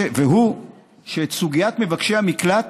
והוא שאת סוגיית מבקשי המקלט